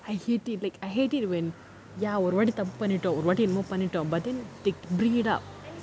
I hate it like I hate it when ya ஒரு வாட்டி தப்பு பண்ணிடோம் ஒரு வாட்டி என்னமோ பண்ணிட்டோம்:oru vaatti thappu pannitom oru vaatti ennamo pannitom but then they bring it up